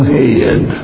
head